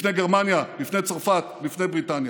לפני גרמניה, לפני צרפת ולפני בריטניה.